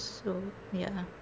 so ya